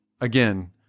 again